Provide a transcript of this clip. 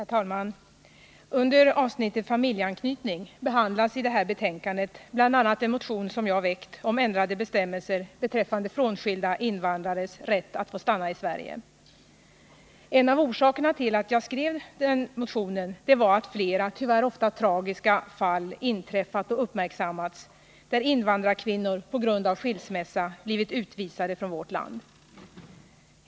Herr talman! Under avsnittet Familjeanknytning behandlas i det här betänkandet bl.a. en motion som jag väckt om ändrade bestämmelser beträffande frånskilda invandrares rätt att få stanna i Sverige. En av orsakerna till att jag skrev den motionen var att flera — tyvärr ofta tragiska — fall inträffat och uppmärksammats, där invandrarkvinnor på grund av skilsmässa blivit utvisade från vårt land.